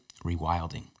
Rewilding